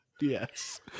Yes